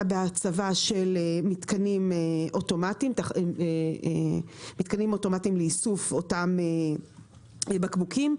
בהצבה של מתקנים אוטומטיים לאיסוף אותם בקבוקים,